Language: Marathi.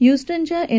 ह्यूस्टनच्या एन